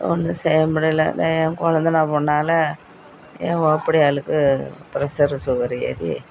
ஒன்றும் செய்ய முடியலை அதுதான் என் கொழுந்தனா பொண்ணால் என் ஓப்பிடியாளுக்கு ப்ரெஸ்ஸரு சுகரு ஏறி